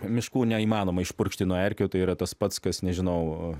miškų neįmanoma išpurkšti nuo erkių tai yra tas pats kas nežinau